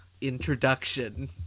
introduction